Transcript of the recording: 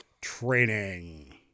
training